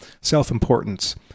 self-importance